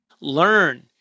learn